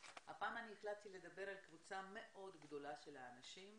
הפעם אני החלטתי לדבר על קבוצה מאוד גדולה של אנשים